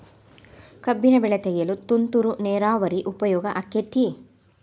ಕಬ್ಬಿನ ಬೆಳೆ ತೆಗೆಯಲು ತುಂತುರು ನೇರಾವರಿ ಉಪಯೋಗ ಆಕ್ಕೆತ್ತಿ?